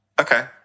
Okay